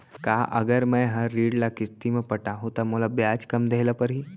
का अगर मैं हा ऋण ल किस्ती म पटाहूँ त मोला ब्याज कम देहे ल परही?